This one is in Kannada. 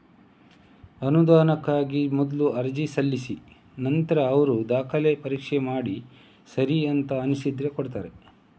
ಅನುದಾನಕ್ಕಾಗಿ ಮೊದ್ಲು ಅರ್ಜಿ ಸಲ್ಲಿಸಿ ನಂತ್ರ ಅವ್ರು ದಾಖಲೆ ಪರೀಕ್ಷೆ ಮಾಡಿ ಸರಿ ಅಂತ ಅನ್ಸಿದ್ರೆ ಕೊಡ್ತಾರೆ